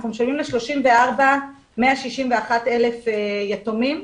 אנחנו משלמים ל-34,161 יתומים.